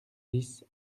dix